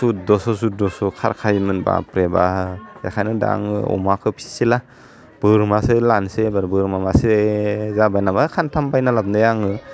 सुद्दस' सुद्दस' खारखायोमोन बाबरे बाब बेखायनो दा आङो अमाखो फिसिला बोरमासो लानसै एबार बोरमा मासे जाबाय नामा खानथाम बायना लाबोनाया आङो